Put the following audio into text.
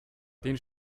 den